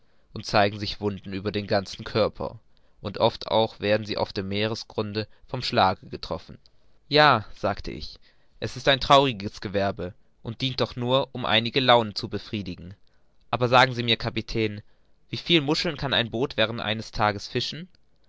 und zeigen sich wunden über dem ganzen körper und oft auch werden sie auf dem meeresgrunde vom schlage getroffen ja sagte ich es ist ein trauriges gewerbe und dient doch nur um einige launen zu befriedigen aber sagen sie mir kapitän wieviel muscheln kann ein boot während eines tages fischen